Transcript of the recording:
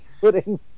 Putting